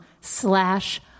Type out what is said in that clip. slash